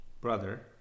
brother